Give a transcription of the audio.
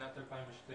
בשנת 2012